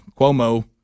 Cuomo